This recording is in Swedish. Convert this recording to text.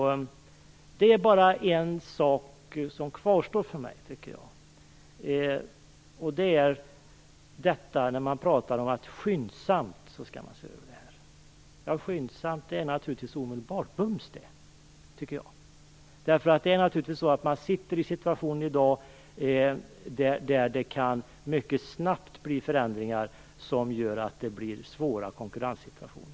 Det är bara en sak som kvarstår för mig. Statsrådet säger att man "skyndsamt" skall se över det här. "Skyndsamt" är naturligtvis omedelbart, bums. Situationen är i dag sådan att det mycket snabbt kan uppstå förändringar som försvårar konkurrenssituationen.